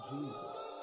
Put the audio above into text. Jesus